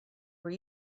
were